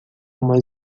mais